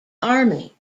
army